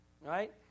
right